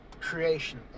creation